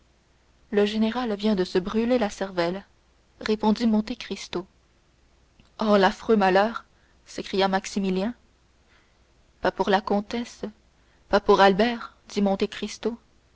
le général vient de se brûler la cervelle répondit monte cristo oh l'affreux malheur s'écria maximilien pas pour la comtesse pas pour albert